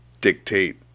dictate